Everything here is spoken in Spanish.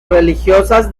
religiosas